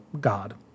god